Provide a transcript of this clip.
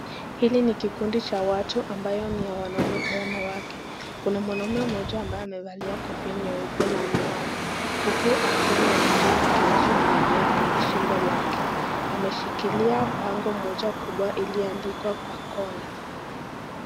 Hili ni kikundi cha watu ambayo ni ya wanaume kwa wanawake kuna mwanaume mmoja ambaye amevalia kofia nyeupe na miwani huku akiwa na firimbi kinacho ning'inia kwenye shingo lake ameshikilia bango moja kubwa iliyo andikwa kwa kola.